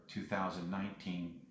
2019